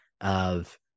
of-